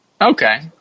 Okay